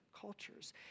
cultures